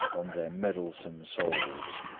on their meddlesome souls!